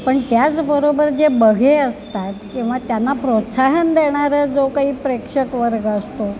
पण त्याचबरोबर जे बघे असतात किंवा त्यांना प्रोत्साहन देणारं जो काही प्रेक्षक वर्ग असतो